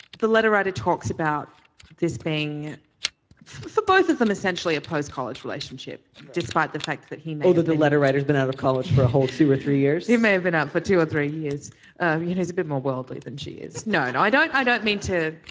the letter writer talks about this being for both of them essentially a post college relationship despite the fact that he made of the letter writers been out of college for a whole two or three years he may have been out for two or three years and is a bit more worldly than she is. no and i don't. i don't mean to.